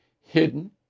hidden